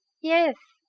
yes,